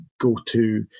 go-to